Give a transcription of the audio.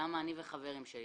למה אני וחברים שלי